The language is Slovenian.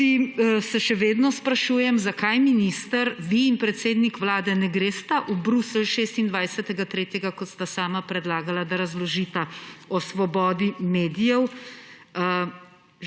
Tudi se še vedno sprašujem, zakaj, minister, vi in predsednik vlade ne gresta v Bruselj 26. 3., kot sta sama predlagala, da razložita o svobodi medijev.